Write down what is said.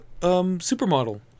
supermodel